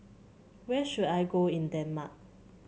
where should I go in Denmark